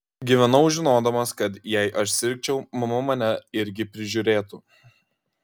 gyvenau žinodamas kad jei aš sirgčiau mama mane irgi prižiūrėtų